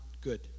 good